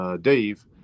Dave